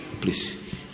Please